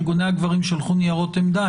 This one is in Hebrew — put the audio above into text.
אירגוני הגברים שלחו ניירות עמדה,